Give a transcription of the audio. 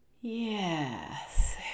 Yes